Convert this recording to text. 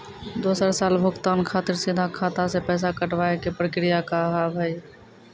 दोसर साल भुगतान खातिर सीधा खाता से पैसा कटवाए के प्रक्रिया का हाव हई?